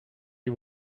you